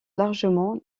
largement